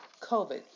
COVID